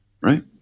right